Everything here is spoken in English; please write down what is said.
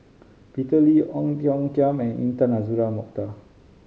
Peter Lee Ong Tiong Khiam and Intan Azura Mokhtar